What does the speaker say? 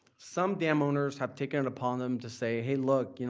some dam owners have taken it upon them to say, hey, look,